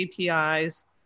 apis